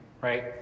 right